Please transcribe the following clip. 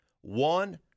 one